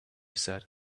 said